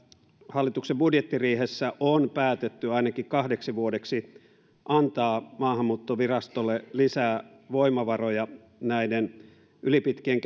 hallituksen budjettiriihessä on päätetty ainakin kahdeksi vuodeksi antaa maahanmuuttovirastolle lisää voimavaroja näiden ylipitkien